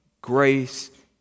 grace